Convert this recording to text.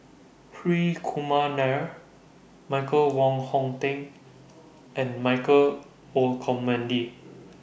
Hri Kumar Nair Michael Wong Hong Teng and Michael Olcomendy